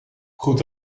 goed